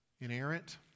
inerrant